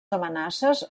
amenaces